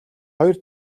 хоёр